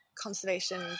conservation